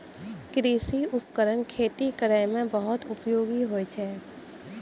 कृषि उपकरण खेती करै म बहुत उपयोगी होय छै